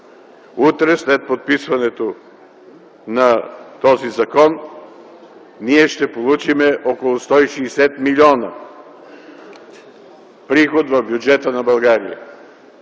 Утре, след подписването на този закон, ние ще получим около 160 милиона приход в бюджета на България.